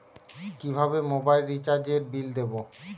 কিভাবে মোবাইল রিচার্যএর বিল দেবো?